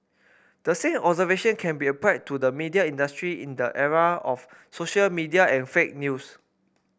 the same observation can be applied to the media industry in the era of social media and fake news